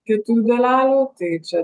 kietųjų dalelių tai čia